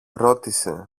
ρώτησε